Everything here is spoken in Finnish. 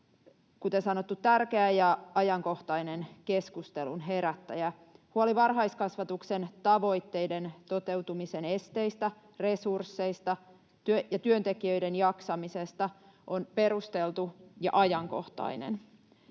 kuten sanottu, tärkeä ja ajankohtainen keskustelun herättäjä. Huoli varhaiskasvatuksen tavoitteiden toteutumisen esteistä, resursseista ja työntekijöiden jaksamisesta on perusteltu ja ajankohtainen.